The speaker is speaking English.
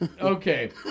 Okay